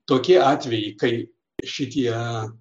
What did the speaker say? tokie atvejai kai šitie